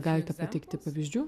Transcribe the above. galite pateikti pavyzdžių